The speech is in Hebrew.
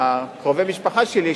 קרובי המשפחה שלי,